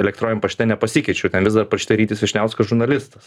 elektroniniam pašte nepasikeičiu ten vis dar parašyta rytis vyšniauskas žurnalistas